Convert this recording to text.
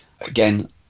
again